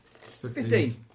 Fifteen